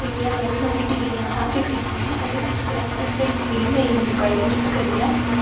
इन्नियां मैंह्गियां मैह्गियां डिग्रियां हासिल कीती दियां उ'नें उस टैम दी ओह् स्हेई स्किल नेईं मिली पाई दी जिस करियै